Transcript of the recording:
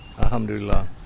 Alhamdulillah